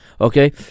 Okay